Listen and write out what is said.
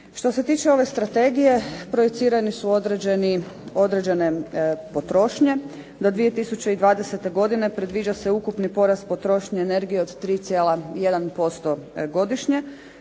Što se tiče ove strategije projicirane su određene potrošnje, do 2020. godine predviđa se ukupni porast potrošnje energije od 3,1% godišnje,